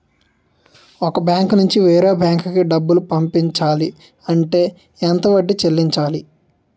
ఒక బ్యాంక్ నుంచి వేరే బ్యాంక్ కి డబ్బులు పంపించాలి అంటే ఎంత వడ్డీ చెల్లించాలి?